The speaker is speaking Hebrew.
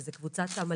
שזו קבוצת המלגזנים,